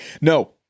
No